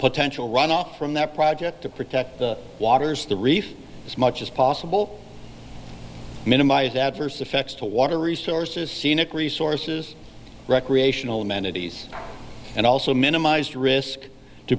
potential runoff from that project to protect the waters of the reef as much as possible minimize adverse effects to water resources scenic resources recreational amenities and also minimize risk to